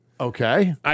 Okay